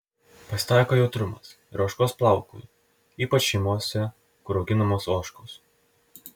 pasitaiko jautrumas ir ožkos plaukui ypač šeimose kur auginamos ožkos